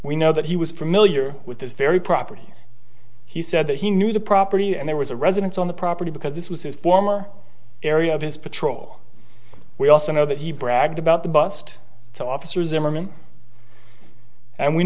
we know that he was familiar with this very property he said that he knew the property and there was a residence on the property because this was his former area of his patrol we also know that he bragged about the bust to officer